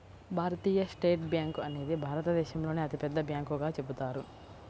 భారతీయ state bank అనేది భారతదేశంలోనే అతిపెద్ద బ్యాంకుగా చెబుతారు